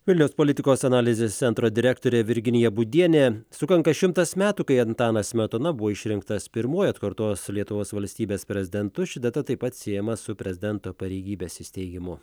vilniaus politikos analizės centro direktorė virginija būdienė sukanka šimtas metų kai antanas smetona buvo išrinktas pirmuoju atkurtos lietuvos valstybės prezidentu ši data taip pat siejama su prezidento pareigybės įsteigimu